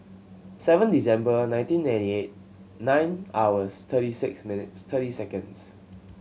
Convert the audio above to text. seven December nineteen eighty eight nine hours thirty six minutes thirty seconds